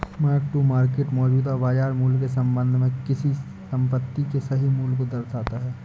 mark to market मौजूदा बाजार मूल्य के संबंध में किसी संपत्ति के सही मूल्य को दर्शाता है